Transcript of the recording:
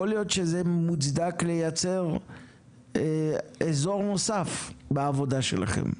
יכול להיות שזה מוצדק לייצר אזור נוסף בעבודה שלכם.